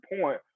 point